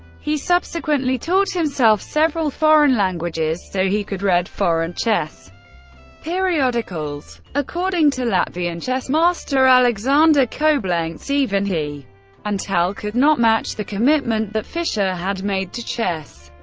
he subsequently taught himself several foreign languages so he could read foreign chess periodicals. according to latvian chess master alexander koblencs, even he and tal could not match the commitment that fischer had made to chess.